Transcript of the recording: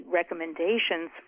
recommendations